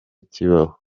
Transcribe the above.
kibaho